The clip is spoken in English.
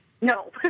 No